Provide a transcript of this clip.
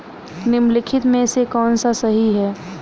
निम्नलिखित में से कौन सा सही है?